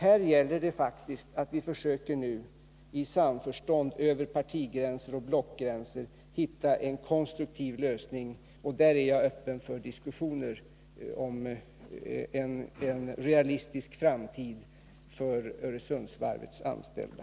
Här gäller det faktiskt att i samförstånd över partioch blockgränser försöka hitta en konstruktiv lösning, och här är jag också öppen för diskussioner om en realistisk framtid för Öresundsvarvets anställda.